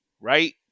right